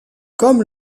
comme